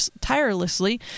tirelessly